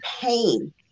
pain